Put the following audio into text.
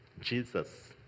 Jesus